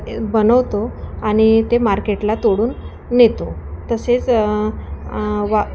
बनवतो आणि ते मार्केटला तोडून नेतो तसेच वा